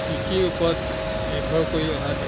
কৃষিৰ ওপৰত নিৰ্ভৰ কৰি অহা দেশ